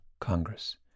Congress